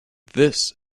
this